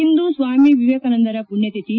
ಇಂದು ಸ್ವಾಮಿ ವಿವೇಕಾನಂದರ ಪುಣ್ಣ ತಿಥಿ